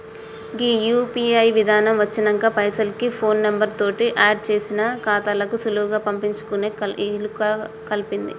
గీ UPI విధానం వచ్చినంక పైసలకి ఫోన్ నెంబర్ తోటి ఆడ్ చేసిన ఖాతాలకు సులువుగా పంపించుకునే ఇలుకల్పింది